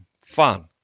fun